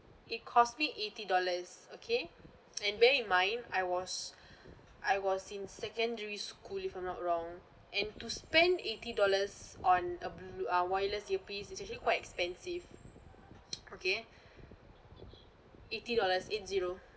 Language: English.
it cost me eighty dollars okay and bear in mind I was I was in secondary school if I'm not wrong and to spend eighty dollars on a blue uh wireless earpiece is actually quite expensive okay eighty dollars eight zero